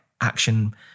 action